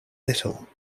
little